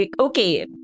Okay